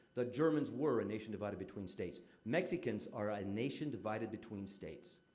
the germans were a nation divided between states. mexicans are a nation divided between states.